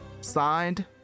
signed